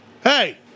Hey